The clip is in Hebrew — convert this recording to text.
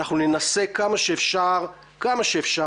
אנחנו ננסה כמה שאפשר כמה שאפשר,